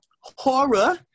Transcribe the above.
horror